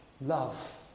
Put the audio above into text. love